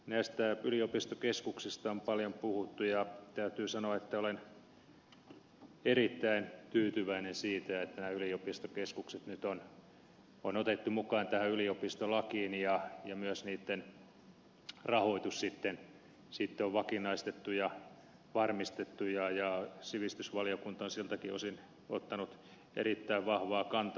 näistä yliopistokeskuksista on paljon puhuttu ja täytyy sanoa että olen erittäin tyytyväinen siitä että nämä yliopistokeskukset nyt on otettu mukaan tähän yliopistolakiin ja myös niitten rahoitus sitten on vakinaistettu ja varmistettu ja sivistysvaliokunta on siltäkin osin ottanut erittäin vahvaa kantaa